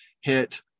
hit